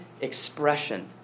expression